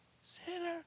sinner